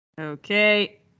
Okay